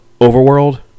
overworld